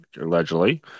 allegedly